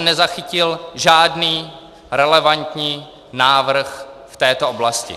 Nezachytil jsem žádný relevantní návrh v této oblasti.